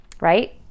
right